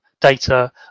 data